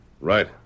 Right